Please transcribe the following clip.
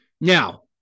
Now